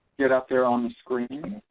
get up there on the screen.